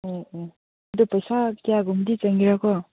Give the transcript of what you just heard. ꯎꯝ ꯎꯝ ꯑꯗꯨ ꯄꯩꯁꯥ ꯀꯌꯥꯒꯨꯝꯕꯗꯤ ꯆꯪꯒꯦꯔꯥꯀꯣ